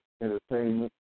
entertainment